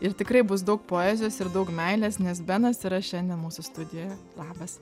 ir tikrai bus daug poezijos ir daug meilės nes benas yra šiandien mūsų studijoje labas